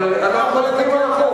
אבל הוא אמר שהוא יתקן את זה.